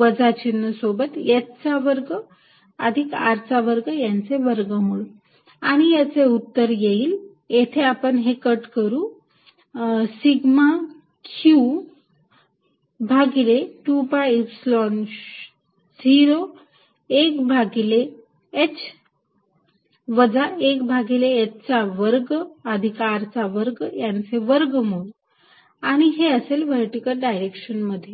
वजा चिन्ह सोबत h चा वर्ग अधिक R चा वर्ग यांचे वर्गमूळ आणि याचे उत्तर येईल येथे आपण हे कट करू सिग्मा q भागिले 2 पाय ईप्सिलॉन 0 1 भागिले h वजा 1 भागिले h चा वर्ग अधिक R चा वर्ग यांचे वर्गमूळ आणि हे असे व्हर्टिकल डायरेक्शन मध्ये